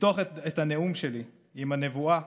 לפתוח את הנאום שלי עם הנבואה